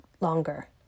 longer